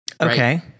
Okay